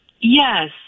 Yes